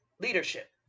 leadership